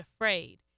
afraid